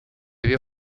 vio